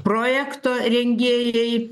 projekto rengėjai